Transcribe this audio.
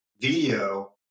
video